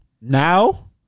Now